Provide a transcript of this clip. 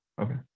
Okay